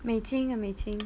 美金啊美金